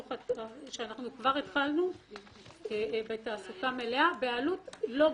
ואנחנו כבר התחלנו בתעסוקה מלאה בעלות לא גבוהה.